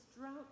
drought